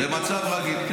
במצב רגיל.